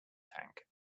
tank